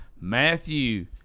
Matthew